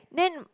then